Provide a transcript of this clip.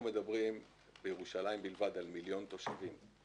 אנחנו מדברים בירושלים בלבד על מיליון תושבים.